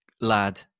lad